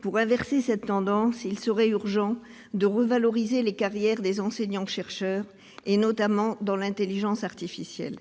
Pour inverser cette tendance, il serait urgent de revaloriser les carrières des enseignants-chercheurs, notamment dans l'intelligence artificielle.